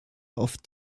auf